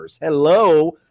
Hello